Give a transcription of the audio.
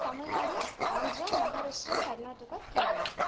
Tamil Nadu Andhra Maharashtra Karnataka Kerala